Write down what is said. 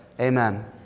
amen